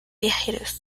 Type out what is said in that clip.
viajeros